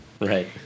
Right